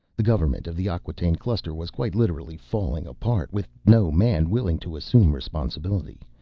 the government of the acquataine cluster was quite literally falling apart, with no man willing to assume responsibility.